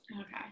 Okay